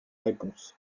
réponse